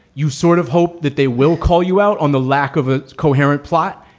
you sort of hope that they will call you out on the lack of a coherent plot.